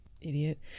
Idiot